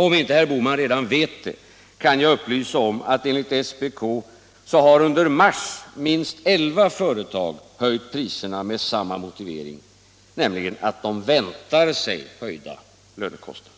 Om herr Bohman inte redan vet det, kan jag upplysa om att enligt SPK har under mars minst 11 företag höjt priserna med samma motivering, nämligen att de väntar sig höjda lönekostnader.